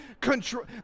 control